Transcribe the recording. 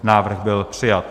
Návrh byl přijat.